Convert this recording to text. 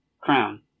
crown